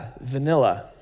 vanilla